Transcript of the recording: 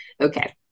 Okay